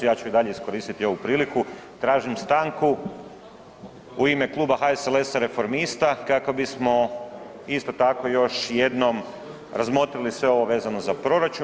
Ja ću i dalje iskoristiti ovu priliku, tražim stanku u ime Kluba HSLS-a i Reformista kako bismo isto tako još jednom razmotrili sve ovo vezano za proračun.